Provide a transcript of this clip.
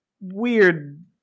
weird